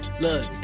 look